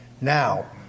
now